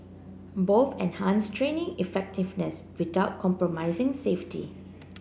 both enhanced training effectiveness without compromising safety